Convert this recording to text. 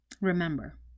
Remember